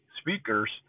speakers